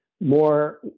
more